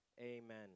Amen